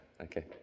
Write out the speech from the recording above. Okay